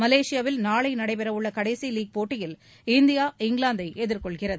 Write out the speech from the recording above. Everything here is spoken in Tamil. மலேசியாவில் நாளை நடைபெறவுள்ள கடைசி லீக் போட்டியில் இந்தியா இங்கிலாந்தை எதிர்கொள்கிறது